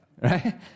Right